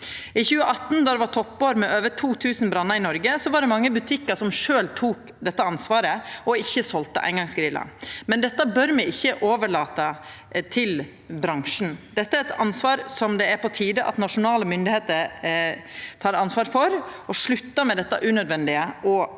I 2018, då det var toppår med over 2 000 brannar i Noreg, var det mange butikkar som sjølve tok dette ansvaret og ikkje selde eingongsgrillar, men dette bør me ikkje overlata til bransjen. Dette er eit ansvar som det er på tide at nasjonale myndigheiter tek ansvar for, at ein sluttar med dette unødvendige og naturfiendtlege